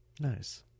Nice